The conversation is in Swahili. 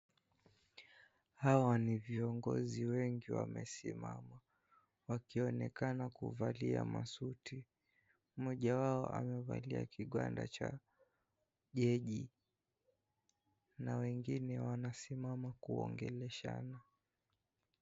Hawa ni viongozi wengi wamesimama. Wakionekana kuvalia masuti. Mmoja wao amevalia kigwanda cha jaji na wengine wanasimama kuongeleshana.